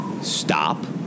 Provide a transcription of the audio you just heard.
stop